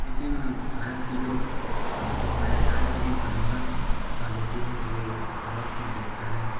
लेकिन भारत कि जो जो हमारे राज्य की परिवहन क्वालिटी है वो बहुत ही बेहतर है